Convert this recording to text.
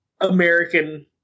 American